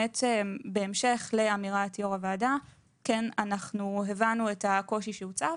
בהמשך לאמירת יו"ר הוועדה, הבנו את הקושי שהוצף.